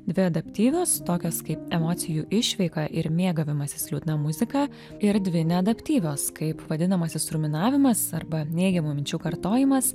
dvi adaptyvios tokios kaip emocijų išveika ir mėgavimasis liūdna muzika ir dvi neadaptyvios kaip vadinamasis ruminavimas arba neigiamų minčių kartojimas